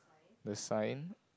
the sign